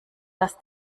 dass